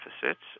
deficits